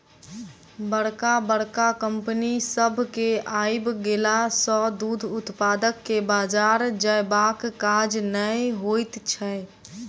बड़का बड़का कम्पनी सभ के आइब गेला सॅ दूध उत्पादक के बाजार जयबाक काज नै होइत छै